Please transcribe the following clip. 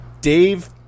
Dave